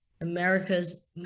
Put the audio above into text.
america's